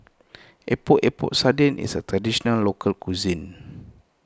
Epok Epok Sardin is a Traditional Local Cuisine